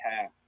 half